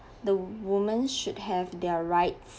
the woman should have their rights